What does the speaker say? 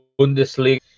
Bundesliga